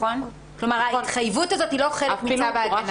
כלומר ההתחייבות הזו היא לא חלק מצו ההגנה?